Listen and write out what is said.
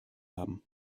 haben